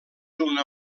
una